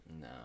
No